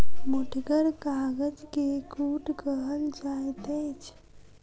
मोटगर कागज के कूट कहल जाइत अछि